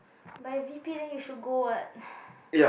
by V_P then you should go [what]